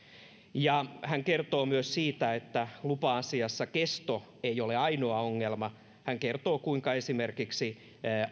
hän kertoo myös että lupa asiassa kesto ei ole ainoa ongelma hän kertoo kuinka esimerkiksi